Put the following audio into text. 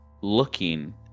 looking